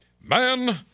Man